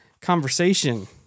conversation